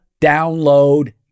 download